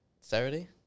Saturday